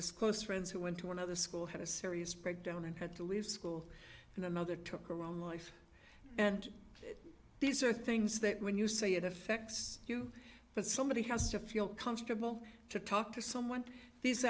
his close friends who went to another school had a serious breakdown and had to leave school and another took her own life and these are things that when you say it affects you but somebody has to feel comfortable to talk to someone these